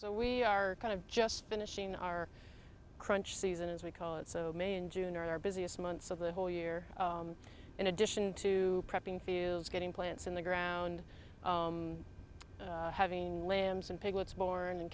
so we are kind of just finishing our crunch season as we call it so may and june are our busiest months of the whole year in addition to prepping fields getting plants in the ground having lambs and piglets born and